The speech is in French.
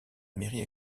mairie